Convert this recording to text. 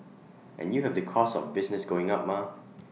and you have the costs of business going up mah